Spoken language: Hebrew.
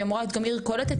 שאמורה להיות עיר קולטת,